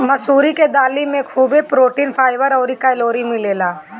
मसूरी के दाली में खुबे प्रोटीन, फाइबर अउरी कैलोरी मिलेला